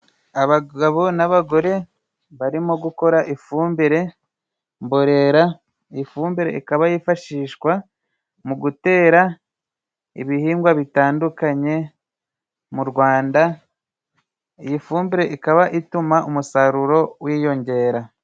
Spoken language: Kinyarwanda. Abagabo n'abagore barimo gukora ifumbire mborera, iyi fumbire ikaba yifashishwa mu gutera ibihingwa bitandukanye mu Rwanda, iyi fumbire ikaba ituma umusaruro wiyongera.